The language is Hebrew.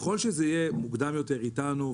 ככל שזה יהיה מוקדם יותר איתנו,